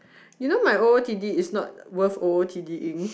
you know my o_o_t_d is not worth o_o_t_d ing